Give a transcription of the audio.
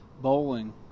bowling